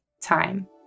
time